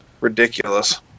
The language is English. ridiculous